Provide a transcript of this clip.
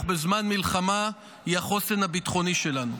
בזמן מלחמה היא החוסן הביטחוני שלנו.